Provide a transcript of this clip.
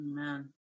Amen